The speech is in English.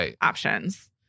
options